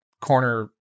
corner